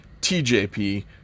TJP